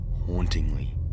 hauntingly